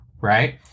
Right